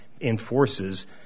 enforces